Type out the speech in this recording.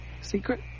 Secret